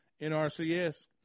NRCS